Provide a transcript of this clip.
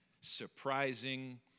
surprising